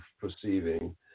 perceiving